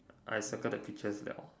I circle the pictures liao